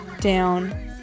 Down